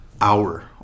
hour